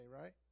right